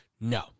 no